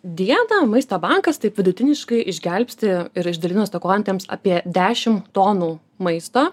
dieną maisto bankas taip vidutiniškai išgelbsti ir išdalina stokojantiems apie dešim tonų maisto